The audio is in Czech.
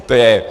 To je...